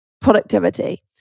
productivity